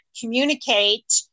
communicate